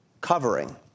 covering